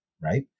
right